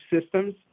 systems